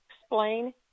explain